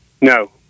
No